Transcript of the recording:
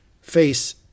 Face